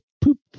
poop